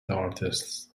artists